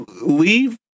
leave